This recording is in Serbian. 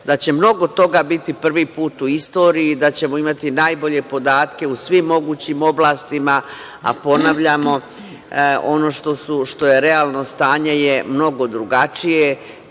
da će mnogo toga biti prvi put u istoriji, da ćemo imati najbolje podatke u svim mogućim oblastima. A, ponavljamo, ono što je realno stanje je mnogo drugačije.